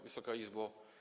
Wysoka Izbo!